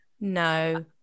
No